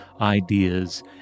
ideas